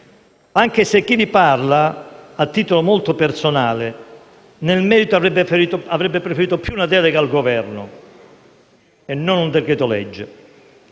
anche se chi vi parla, a titolo molto personale, nel merito avrebbe preferito una delega al Governo al decreto-legge.